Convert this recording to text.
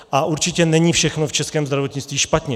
A určitě není všechno v českém zdravotnictví špatně.